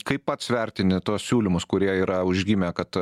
kaip pats vertini tuos siūlymus kurie yra užgimę kad